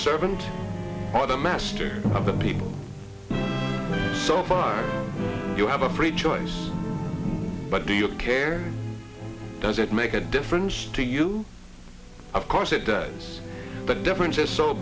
servant of the master of the people so far you have a free choice but do you care does it make a difference to you of course it does the difference is so